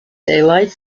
daylight